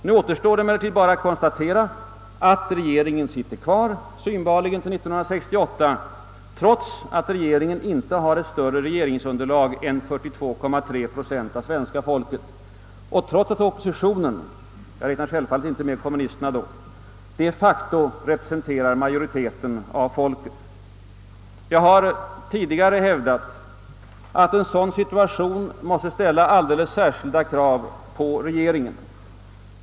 Nu återstår det emellertid bara att konstatera att regeringen sitter kvar, synbarligen till 1968, trots att den inte har ett större underlag än 42,3 procent av svenska folket och trots att oppositionen, jag räknar självfallet inte med kommunisterna, de facto representerar majoriteten av folket. Jag har tidigare hävdat att en sådan situation måste ställa alldeles särskilda krav på regeringen.